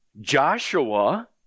Joshua